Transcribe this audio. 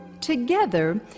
Together